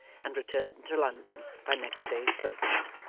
and returned to london by next day's coach.